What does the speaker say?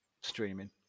streaming